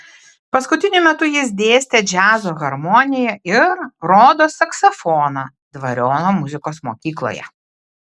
paskutiniu metu jis dėstė džiazo harmoniją ir rodos saksofoną dvariono muzikos mokykloje